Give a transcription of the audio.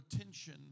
attention